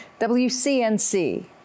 WCNC